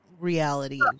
reality